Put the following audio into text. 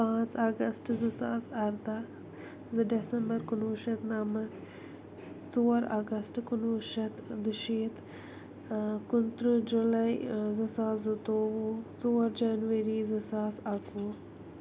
پانٛژھ اگسٹ زٕ ساس اَرداہ زٕ ڈٮ۪سَمبَر کُنہٕ وُہ شَتھ نَمَت ژور اَگسٹ کُنہٕ وُہ شَتھ دُشیٖت کُنہٕ تٕرٛہ جُلَے زٕ ساس زٕتوٚوُہ ژور جنؤری زٕ ساس اَکہٕ وُہ